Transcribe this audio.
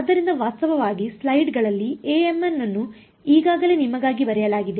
ಆದ್ದರಿಂದ ವಾಸ್ತವವಾಗಿ ಸ್ಲೈಡ್ಗಳಲ್ಲಿ Amn ಅನ್ನು ಈಗಾಗಲೇ ನಿಮಗಾಗಿ ಬರೆಯಲಾಗಿದೆ